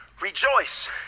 rejoice